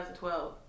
2012